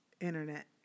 Internet